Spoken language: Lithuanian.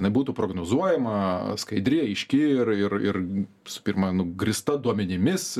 jinai būtų prognozuojama skaidri aiški ir ir ir visų pirma nu grįsta duomenimis